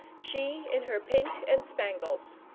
she in her pink and spangles.